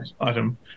item